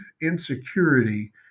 insecurity